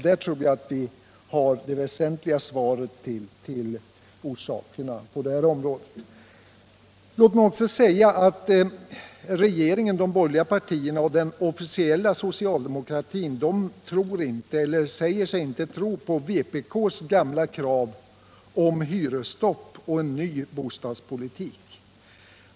Där har vi den väsentliga orsaken till svårigheterna på detta område. De borgerliga partierna och den officiella socialdemokratin säger sig inte tro på vpk:s gamla krav på hyresstopp och en ny bostadspolitik.